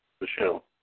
Michelle